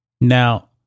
Now